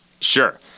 Sure